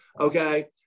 Okay